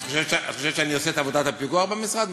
את חושבת שאני עושה את עבודת הפיקוח במשרד?